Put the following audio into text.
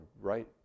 right